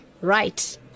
Right